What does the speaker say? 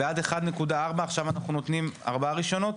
ועד 1.4 עכשיו אנחנו נותנים ארבעה רישיונות?